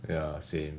ya same